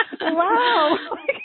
Wow